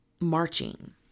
marching